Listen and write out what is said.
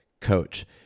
coach